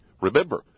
Remember